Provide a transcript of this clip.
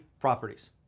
properties